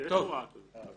יש הוראה כזאת, רק